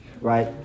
right